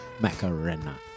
Macarena